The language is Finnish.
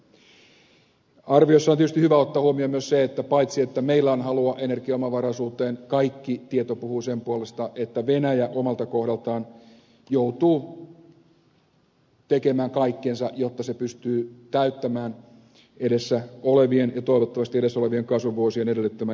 arviossa on tietysti hyvä ottaa huomioon myös se että paitsi että meillä on halua energiaomavaraisuuteen kaikki tieto puhuu sen puolesta että venäjä omalta kohdaltaan joutuu tekemään kaikkensa jotta se pystyy täyttämään edessä olevien ja toivottavasti edessä olevien kasvuvuosien edellyttämän energiantarpeen